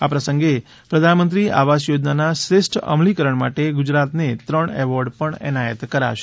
આ પ્રસંગે પ્રધાનમંત્રી આવાસ યોજનાના શ્રેષ્ઠ અમલીકરણ માટે ગુજરાતને ત્રણ એવોર્ડ પણ એનાયત કરાશે